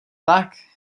tak